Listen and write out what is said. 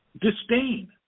disdain